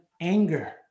anger